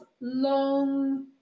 long